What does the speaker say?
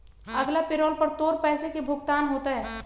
अगला पैरोल पर तोर पैसे के भुगतान होतय